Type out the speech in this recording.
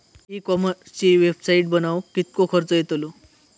E कॉमर्सची website बनवक किततो खर्च येतलो?